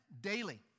Daily